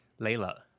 Layla